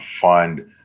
find